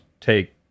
take